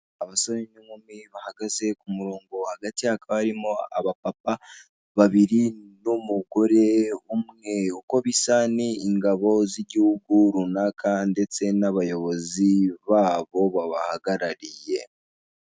Abasore n'inkumi bahagaze ku murongo hagati hakaba harimo abapapa babiri n'umugore umwe uko bisa ni ingabo z'igihugu runaka ndetse n'abayobozi babo babahagarariye.